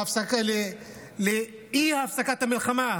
לאי-הפסקת המלחמה,